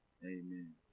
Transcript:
amen